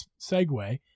segue